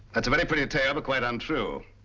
that's a very pretty tale but quite untrue.